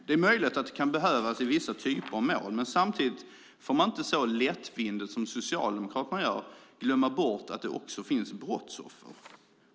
Det är möjligt att det kan behövas i vissa speciella mål, men samtidigt får man inte så lättvindigt som Socialdemokraterna glömma bort att det också finns brottsoffer.